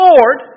Lord